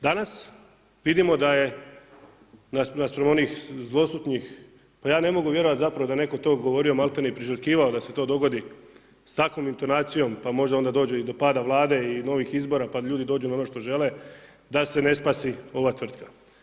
Danas vidimo da je naspram onih zloslutnih, pa ja ne mogu vjerovati zapravo da je netko to govorio malte ne i priželjkivao da se to dogodi s takvom intonacijom pa možda onda dođe i do pada Vlade i novih izbora pa da ljudi dođu na ono što žele, da se ne spasi ova tvrtka.